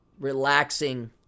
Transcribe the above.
relaxing